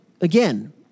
again